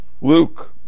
Luke